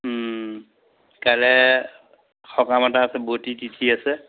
কাইলে সকাম এটা আছে বৰতী তিথি আছে